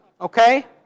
Okay